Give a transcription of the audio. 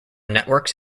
networks